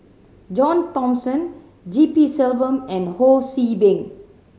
John Thomson G P Selvam and Ho See Beng